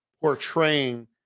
portraying